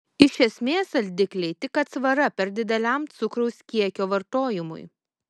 iš esmės saldikliai tik atsvara per dideliam cukraus kiekio vartojimui